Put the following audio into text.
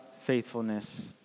faithfulness